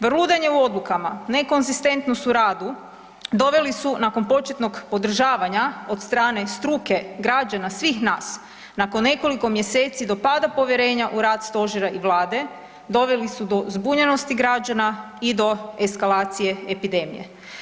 Vrludanje u odlukama, nekonzistentnost u radu, doveli su nakon početnog podržavanja od strane struke, građana, svih nas nakon nekoliko mjeseci do pada povjerenja u rad Stožera i Vlade, doveli su do zbunjenosti građana i do eskalacije epidemije.